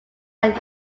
are